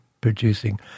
producing